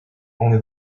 only